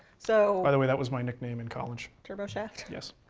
so by the way, that was my nickname in college. turbo shaft? yes.